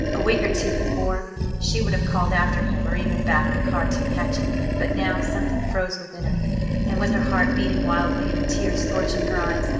a week or two before she would have called after him, or even backed the car to catch him, but now something froze within her and with her heart beating wildly, and tears scorching her eyes,